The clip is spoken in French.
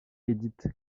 edith